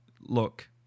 look